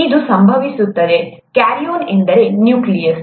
ಇದು ಸಂಭವಿಸುತ್ತದೆ ಕ್ಯಾರಿಯನ್ ಎಂದರೆ ನ್ಯೂಕ್ಲಿಯಸ್